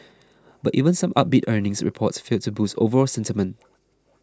but even some upbeat earnings reports failed to boost overall sentiment